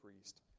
priest